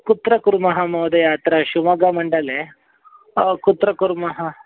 कुत्र कुर्मः महोदय अत्र शिवमोग्गामण्डले कुत्र कुर्मः